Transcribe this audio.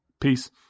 Peace